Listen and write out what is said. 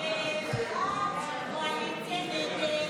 הסתייגות 132 לא נתקבלה.